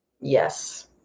Yes